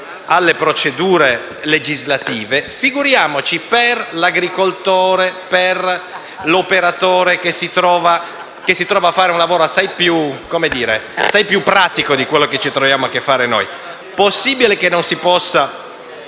alle procedure legislative, figuriamoci per l’agricoltore e per l’operatore che si trovano a fare un lavoro assai più pratico di quello che ci troviamo a fare noi. Possibile che non si possano